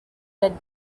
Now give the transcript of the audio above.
with